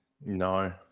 No